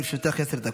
לרשותך עשר דקות.